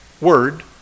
word